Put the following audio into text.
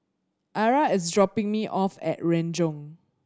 Arra is dropping me off at Renjong